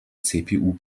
cpu